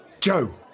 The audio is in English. Joe